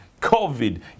COVID